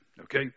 Okay